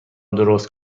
درست